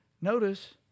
Notice